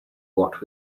what